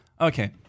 Okay